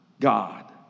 God